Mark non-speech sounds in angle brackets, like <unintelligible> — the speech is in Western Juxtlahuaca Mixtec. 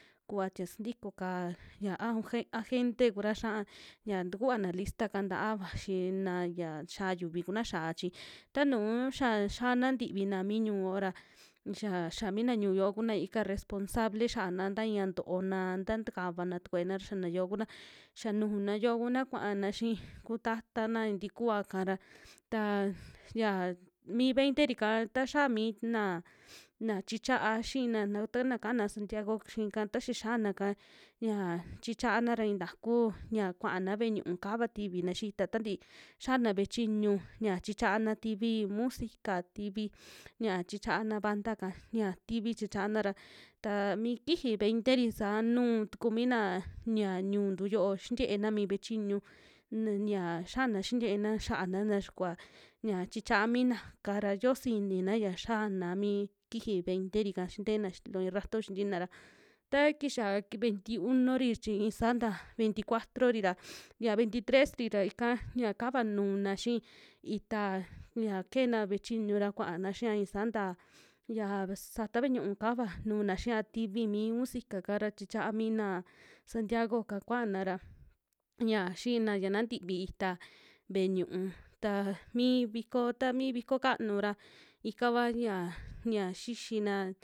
Kava tie sintiko'ka au ge <unintelligible> a gente kura xiaa ya tukuva na listaka ntaa vaxina ya, xiaa yuvi kuna xaa chi tanuu xa yia na ntivina mi ñiu'uo ra xa, xa mina ñiu'uyo kuna ika responsable xaana ntaia ntoona, ta takavana takena ra xia nayo kuna, xia nujuna yoo kuna, kuaana xii kuta'tana tikuaka ra, taa ya mi veinteri'ka taxaa mi naa <noise> na chichiaa xii na naa tana kaana santiago xiika, ta xa xianaka ya chichana ra taku ya kuaana ve'e ñu'u kava tivina xii ita, tantii xianave'e chiñuu ya chichiana, tivi musica tivi ya chichaana banda'ka ya, tivi chichiana ra taa mi kiji veinteri saa nuu tuku mina na ña ñu'untu yoo xintiena mi ve'e chiñu na- yia xiana xintiena xa'ana ta yia kuva ña chichaa minaka ra yo'o siji inina ya xiana mi kiji veinterika xiina xi loo ii rato xintiena ra, ta kixa veintiuno'ri chi i'in saa nta veinti cuatro'ra <noise> ya veintitres'ri ra ika ña kava nuuna xii itaa, ya kena ve'e chiñu ra kuaana xia ii saa nta ya ve sata ve'e ñu'ú kava nuuna xia tivi mi musica'ka ra chichia mina santiago'ka kuana ra ña <noise> xina ya na ntivi itaa ve'e ñu'ú, taa mi viko, ta mi viko kanu ra ikava ya, ya xixina.